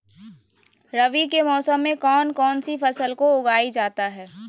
रवि के मौसम में कौन कौन सी फसल को उगाई जाता है?